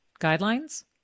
guidelines